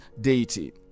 deity